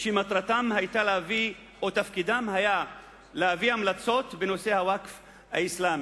שתפקידן היה להביא המלצות בנושא הווקף האסלאמי.